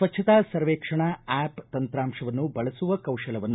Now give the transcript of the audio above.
ಸ್ವಚ್ಛತಾ ಸರ್ವೇಕ್ಷಣಾ ಆ್ಯಪ್ ತಂತ್ರಾಂಶವನ್ನು ಬಳಸುವ ಕೌಶಲವನ್ನು